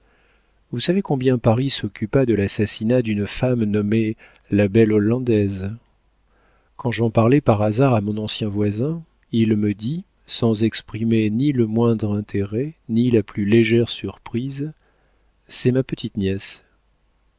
vous savez combien paris s'occupa de l'assassinat d'une femme nommée la belle hollandaise quand j'en parlai par hasard à mon ancien voisin il me dit sans exprimer ni le moindre intérêt ni la plus légère surprise c'est ma petite nièce